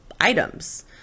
items